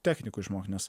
technikų išmokt nes